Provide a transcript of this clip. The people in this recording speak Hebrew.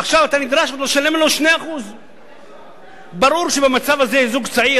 עכשיו אתה נדרש לשלם לו 2%. ברור שבמצב הזה זוג צעיר,